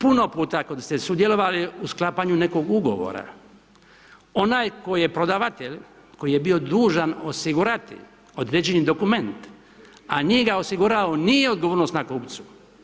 Puno puta kada ste sudjelovali u sklapanju nekog ugovora, onaj koji je prodavatelj, koji je bio dužan osigurati određeni dokument, a nije ga osigurao, nije odgovornost na kupcu.